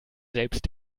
selbst